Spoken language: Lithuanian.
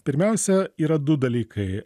pirmiausia yra du dalykai